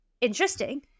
Interesting